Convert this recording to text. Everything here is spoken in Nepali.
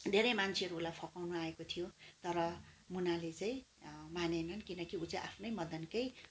धेरै मान्छेहरू ऊलाई फकाउनु आएको थियो तर मुनाले चाहिँ मानेनन् किनकि ऊ चाहिँ आफ्नै मदनकै